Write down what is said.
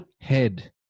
head